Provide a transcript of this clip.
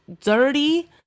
dirty